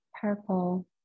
purple